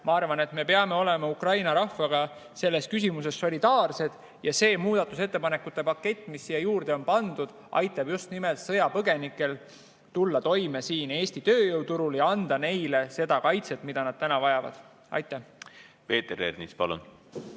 Ma arvan, et me peame olema Ukraina rahvaga selles küsimuses solidaarsed ja see muudatusettepanekute pakett, mis siia juurde on pandud, aitab just nimelt sõjapõgenikel Eesti tööjõuturul toime tulla ja anda neile seda kaitset, mida nad praegu vajavad. Aitäh!